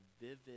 vivid